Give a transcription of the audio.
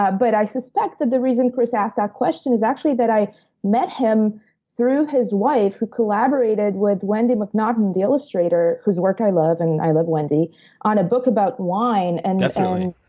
i but i suspect that the reason chris asked that question is actually that i met him through his wife who collaborated with wendy macnaughton, the illustrator whose work i love and i love wendy on a book about wine and definitely.